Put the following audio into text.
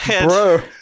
Bro